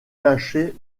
cachées